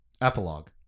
Epilogue